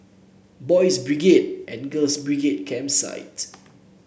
Boys' Brigade and Girls' Brigade Campsite